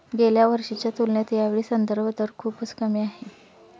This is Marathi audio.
गेल्या वर्षीच्या तुलनेत यावेळी संदर्भ दर खूपच कमी आहे